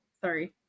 Sorry